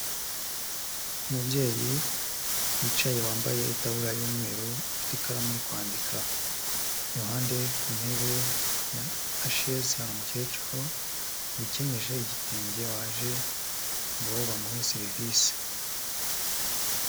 Umubyeyi wicaye wambaye itabura y'umweru ufite ikaramu uri kwandika, iruhande ku ntebe ya sheze, hari umukecuru wikenyeje igitenge waje ngo bamuhe serivisi.